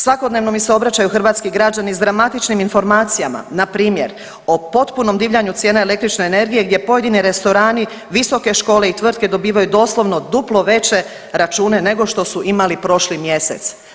Svakodnevno mi se obraćaju hrvatski građani s dramatičnim informacijama npr. o potpunom divljanju cijena električne energije gdje pojedini restorani, visoke škole i tvrtke dobivaju doslovno duplo veće račune nego što su imali prošli mjesec.